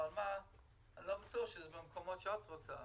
אבל אני לא בטוח שזה במקומות שאת רוצה.